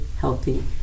healthy